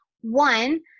One